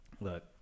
look